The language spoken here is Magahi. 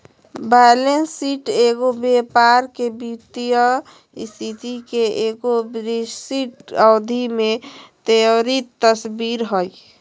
बैलेंस शीट एगो व्यापार के वित्तीय स्थिति के एगो विशिष्ट अवधि में त्वरित तस्वीर हइ